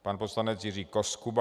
Pan poslanec Jiří Koskuba.